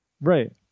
Right